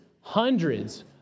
hundreds